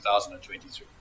2023